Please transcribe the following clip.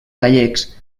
gallecs